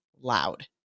loud